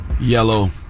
yellow